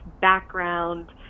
background